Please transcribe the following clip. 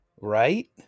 Right